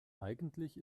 eigentlich